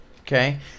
okay